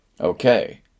Okay